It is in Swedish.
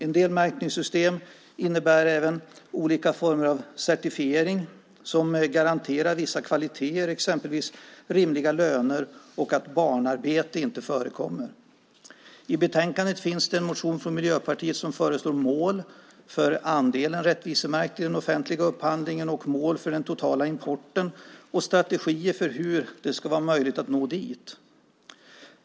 En del märkningssystem innebär även olika former av certifiering som garanterar vissa kvaliteter, exempelvis rimliga löner och att barnarbete inte förekommer. I betänkandet behandlas en motion från Miljöpartiet där vi föreslår mål för andelen rättvisemärkt i den offentliga upphandlingen, mål för den totala importen och strategier för hur det ska vara möjligt att nå dit.